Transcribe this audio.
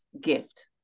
gift